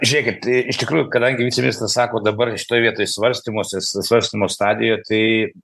žiūrėkit iš tikrųjų kadangi viceministras sako dabar šitoj vietoj svarstymuose svarstymo stadijoje tai